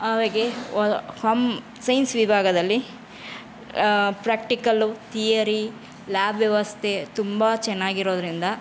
ಅವಗೆ ಫಮ್ ಸೈನ್ಸ್ ವಿಭಾಗದಲ್ಲಿ practical theory lab ವ್ಯವಸ್ಥೆ ತುಂಬ ಚೆನ್ನಾಗಿರೋದ್ರಿಂದ